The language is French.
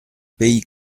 pays